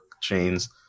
chains